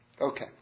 Okay